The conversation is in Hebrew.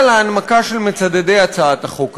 להנמקה של המצדדים בהצעת החוק הזאת.